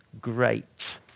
great